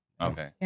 Okay